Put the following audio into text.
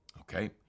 Okay